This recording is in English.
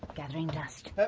gathering dust. but